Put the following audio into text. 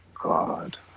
God